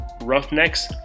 Roughnecks